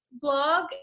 blog